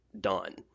done